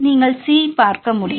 சரி நீங்கள் C C பார்க்க முடியும்